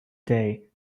day